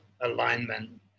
alignment